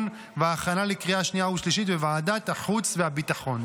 והכנה לקריאה שנייה ושלישית בוועדת החוץ והביטחון.